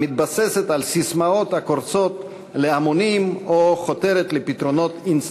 המתבססת על ססמאות הקורצות להמונים או חותרת לפתרונות אינסטנט.